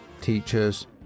teachers